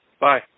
Bye